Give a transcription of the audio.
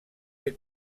ser